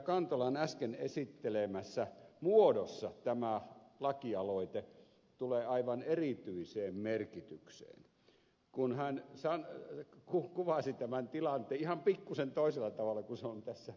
kantolan äsken esittelemässä muodossa tämä lakialoite tulee aivan erityiseen merkitykseen kun hän kuvasi tämän tilanteen ihan pikkuisen toisella tavalla kuin se on tässä lakialoitetekstissä